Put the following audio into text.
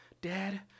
Dad